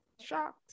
Shocked